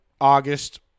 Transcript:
August